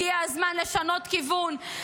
הגיע הזמן לשנות כיוון,